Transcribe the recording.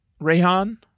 Rayhan